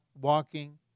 walking